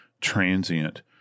transient